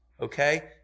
okay